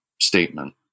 statement